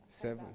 Seven